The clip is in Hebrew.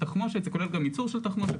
תחמושת זה כולל גם ייצור של תחמושת,